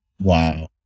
Wow